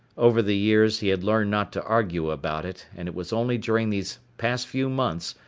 over the years he had learned not to argue about it, and it was only during these past few months,